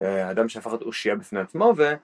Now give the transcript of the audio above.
אדם שהפך להיות אושייה בפני עצמו ו...